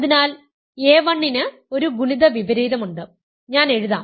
അതിനാൽ a1 ന് ഒരു ഗുണിത വിപരീതമുണ്ട് ഞാൻ എഴുതാം